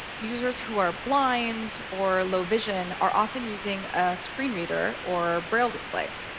users who are blind or low vision are often using a screen reader or braille display.